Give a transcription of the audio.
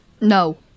No